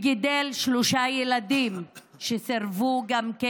גידל ארבעה ילדים שסירבו גם הם